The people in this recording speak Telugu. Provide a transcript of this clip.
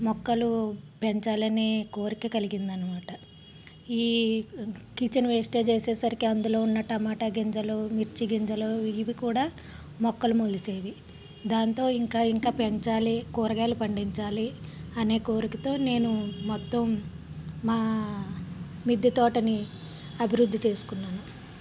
మొక్కలు పెంచాలని కోరిక కలిగిందనమాట ఈ కిచెన్ వేస్టేజ్ వేసేసరికి అందులో ఉన్న టమాటా గింజలు మిర్చి గింజలు ఇవి కూడా మొక్కలు మొలిచేవి దాంతో ఇంకా ఇంకా పెంచాలి కూరగాయలు పండించాలి అనే కోరికతో నేను మొత్తం మా మిద్దె తోటని అభివృద్ధి చేసుకున్నాను